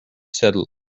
saddle